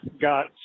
got